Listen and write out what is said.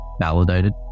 validated